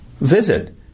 Visit